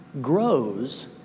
grows